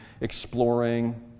exploring